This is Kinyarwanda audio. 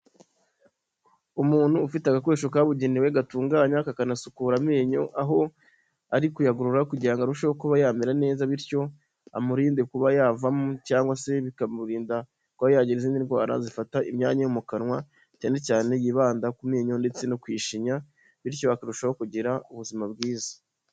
Umuntu ufite agakoresho kabugenewe gatungan kakanasukura amenyo, aho ari kuyagorora kugira ngo arusheho kuba yamera neza, bityo amurinde kuba yavamo cyangwa se bikamurinda kuba yagira izindi ndwara zifata imyanya yo mu kanwa, cyane cyane yibanda ku menyo ndetse no ku ishinya bityo akarushaho kugira ubuzima bwiza.